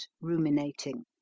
ruminating